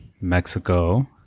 Mexico